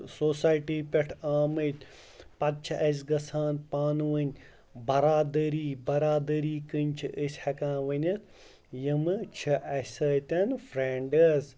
society پٮ۪ٹھ آمٕتۍ پَتہٕ چھِ اَسہِ گژھان پانہٕ ؤنۍ بَرادٔری بَرادٔری کِنۍ چھِ أسۍ ہیٚکان ؤنِتھ یِمہٕ چھِ اَسہِ سۭتۍ فَرٮ۪نٛڈٕز